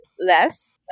less